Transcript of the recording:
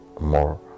more